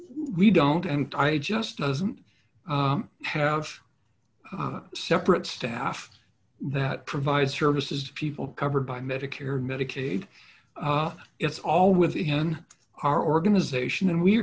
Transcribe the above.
we don't and i just doesn't have separate staff that provide services to people covered by medicare medicaid it's all within our organization and we